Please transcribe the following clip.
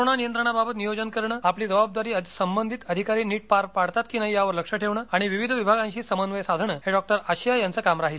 corona नियंत्रणा बाबत नियोजन करणं आपली जबाबदारी संबंधित अधिकारी नीट पार पाडतात की नाही यावर लक्ष ठेवणं आणि विविध विभागांशी समन्वय साधणं हे डॉक्टर आशिया याचं काम राहील